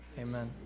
Amen